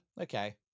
okay